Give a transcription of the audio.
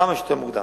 כמה שיותר מוקדם.